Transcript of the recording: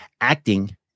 acting